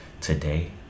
today